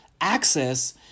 access